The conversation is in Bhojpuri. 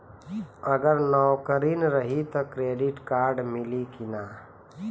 अगर नौकरीन रही त क्रेडिट कार्ड मिली कि ना?